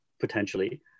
potentially